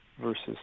versus